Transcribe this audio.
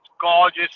gorgeous